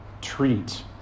treat